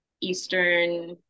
Eastern